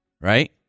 right